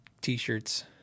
t-shirts